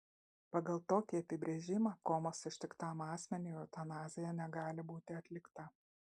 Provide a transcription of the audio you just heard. pagal tokį apibrėžimą komos ištiktam asmeniui eutanazija negali būti atlikta